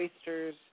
oysters